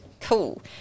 Cool